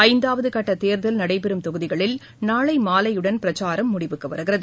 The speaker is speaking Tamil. ஐந்தாவதுகட்டதேர்தல் நடைபெறும் தொகுதிகளில் நாளைமாலையுடன் பிரச்சாரம் முடிவுக்குவருகிறது